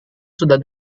sudah